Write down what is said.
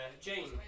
Jane